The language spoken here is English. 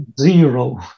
zero